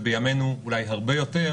ובימינו אולי הרבה יותר